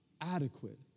adequate